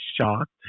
shocked